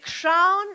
crown